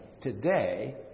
today